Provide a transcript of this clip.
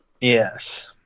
Yes